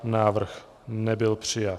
Návrh nebyl přijat.